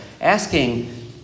asking